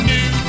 New